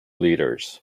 leaders